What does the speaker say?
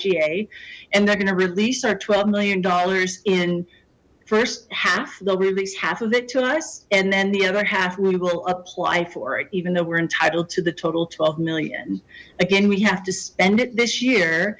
iga and they're gonna release our twelve million dollars in first half they'll be at least half of it to us and then the other half we will apply for it even though we're entitled to the total twelve million again we have to spend it this year